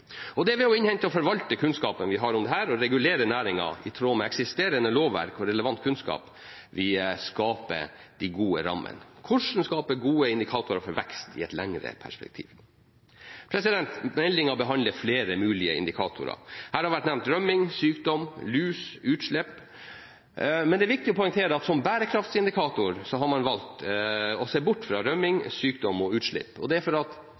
det er ved å innhente og forvalte kunnskapen vi har om dette og regulere næringen i tråd med eksisterende lovverk og relevant kunnskap, vi skaper de gode rammene. Hvordan skape gode indikatorer for vekst i et lengre perspektiv? Meldingen behandler flere mulige indikatorer. Det har vært nevnt rømming, sykdom, lus og utslipp, men det er viktig å poengtere at man har valgt å se bort fra rømming, sykdom og utslipp som bærekraftindikatorer. Det er